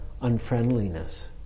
unfriendliness